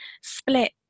split